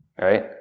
right